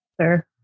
sir